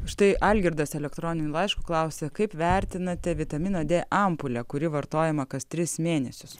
štai algirdas elektroniniu laišku klausė kaip vertinate vitamino dė ampulę kuri vartojama kas tris mėnesius